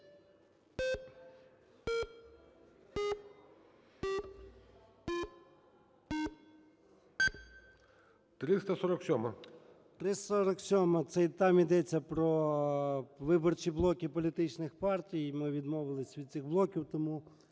О.М. 347-а, там йдеться про виборчі блоки політичних партій. Ми відмовилися від цих блоків, тому